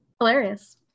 Hilarious